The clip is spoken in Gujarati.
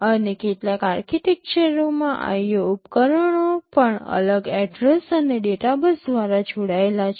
અને કેટલાક આર્કિટેક્ચરોમાં IO ઉપકરણો પણ અલગ એડ્રેસ અને ડેટા બસ દ્વારા જોડાયેલા છે